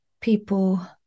people